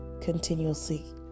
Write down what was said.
continuously